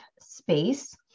space